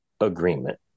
agreement